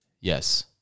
Yes